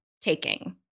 taking